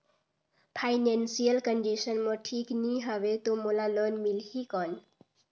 Financial condition मोर ठीक नी हवे तो मोला लोन मिल ही कौन??